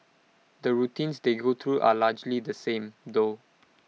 the routines they go through are largely the same though